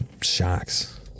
shocks